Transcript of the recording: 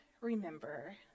remember